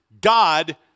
God